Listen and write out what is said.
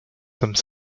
some